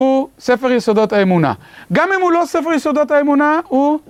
הוא ספר יסודות האמונה, גם אם הוא לא ספר יסודות האמונה הוא...